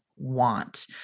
want